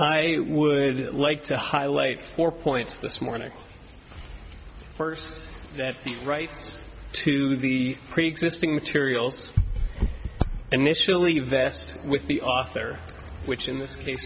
i would like to highlight four points this morning first that the rights to the preexisting materials initially vest with the author which in this case